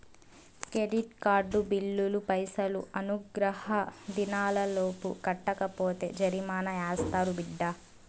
credit card బిల్లులు పైసలు అనుగ్రహ దినాలలోపు కట్టకపోతే జరిమానా యాస్తారు బిడ్డా